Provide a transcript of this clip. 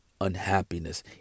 unhappiness